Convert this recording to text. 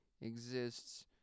exists